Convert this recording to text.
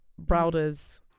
Browder's